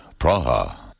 Praha